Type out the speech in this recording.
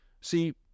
See